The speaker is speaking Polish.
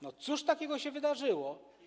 No cóż takiego się wydarzyło?